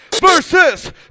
versus